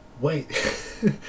wait